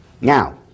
Now